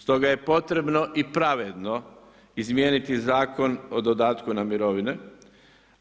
Stoga je potrebno i pravedno izmijeniti Zakon o dodatku na mirovine,